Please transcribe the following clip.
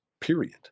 period